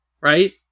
Right